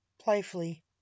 playfully